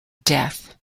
death